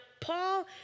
Paul